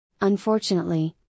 Unfortunately